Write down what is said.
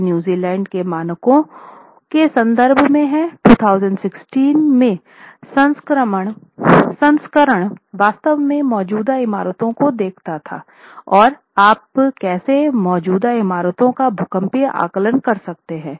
यह न्यूजीलैंड के मानकों के संदर्भ में है2016 में संस्करण वास्तव में मौजूदा इमारतों को देखता है और आप कैसे मौजूदा इमारतों का भूकंपीय आकलन कर सकते हैं